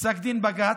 פסק דין של בג"ץ,